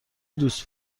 دوست